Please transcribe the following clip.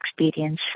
experience